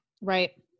Right